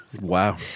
Wow